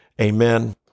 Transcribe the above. amen